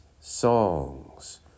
songs